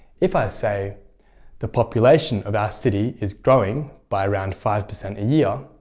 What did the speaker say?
if i say the population of our city is growing by around five percent a year.